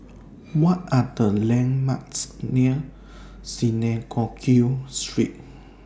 What Are The landmarks near Synagogue Street